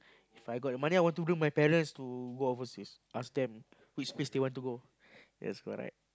If I got the money I wanna bring my parents to go overseas ask them which place they want to go yes correct